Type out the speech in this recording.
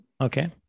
Okay